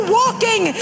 walking